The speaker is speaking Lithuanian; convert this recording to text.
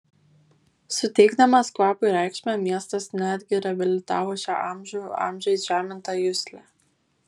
suteikdamas kvapui reikšmę miestas netgi reabilitavo šią amžių amžiais žemintą juslę